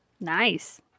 Nice